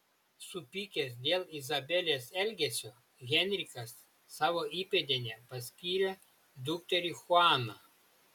supykęs dėl izabelės elgesio henrikas savo įpėdine paskyrė dukterį chuaną